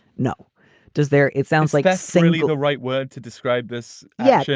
no does there it sounds like a singular right word to describe this. yeah.